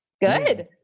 Good